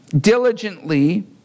Diligently